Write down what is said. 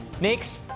next